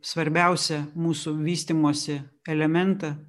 svarbiausią mūsų vystymosi elementą